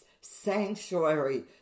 sanctuary